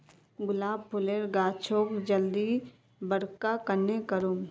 गुलाब फूलेर गाछोक जल्दी बड़का कन्हे करूम?